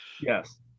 Yes